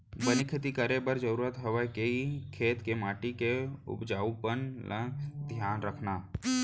बने खेती करे बर जरूरी हवय कि खेत के माटी के उपजाऊपन ल धियान रखना